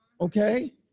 Okay